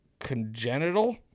Congenital